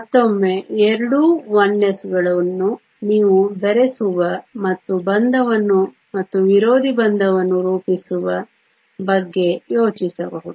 ಮತ್ತೊಮ್ಮೆ ಎರಡೂ 1s ಗಳನ್ನು ನೀವು ಬೆರೆಸುವ ಮತ್ತು ಬಂಧವನ್ನು ಮತ್ತು ವಿರೋಧಿ ಬಂಧವನ್ನು ರೂಪಿಸುವ ಬಗ್ಗೆ ಯೋಚಿಸಬಹುದು